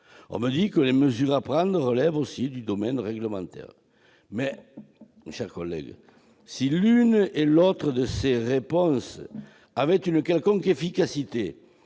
et que les mesures à prendre relèvent, par ailleurs, du domaine réglementaire. Or, mes chers collègues, si l'une ou l'autre de ces réponses avait une quelconque efficacité